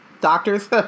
Doctors